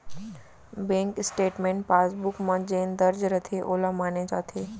bank statement passbook म जेन दर्ज रथे वोला माने जाथे